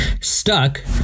stuck